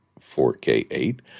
4K8